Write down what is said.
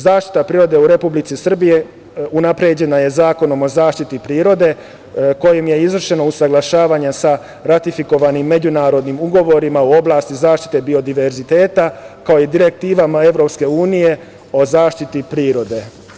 Zaštita prirode u Republici Srbiji je unapređena Zakonom o zaštiti prirode kojim je izvršeno usaglašavanje sa ratifikovanim međunarodnim ugovorima u oblasti zaštite biodiverziteta, kao i direktivama EU o zaštiti prirode.